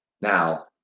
Now